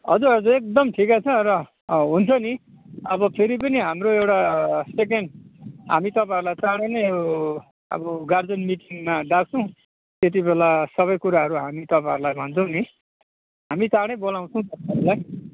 हजुर हजुर एकदम ठिकै छ र हुन्छ नि अब फेरि पनि हाम्रो एउटा सेकेन्ड हामी तपाईँहरूलाई चाँडो नै अब गार्जियन मिटिङमा डाक्छौँ त्यतिबेला सबै कुराहरू हामी तपाईँहरूलाई भन्छौँ नि हामी चाँडै बोलाउँछौँ नि तपाईँहरूलाई